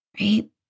Right